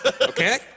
Okay